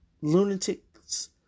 lunatics